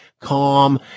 calm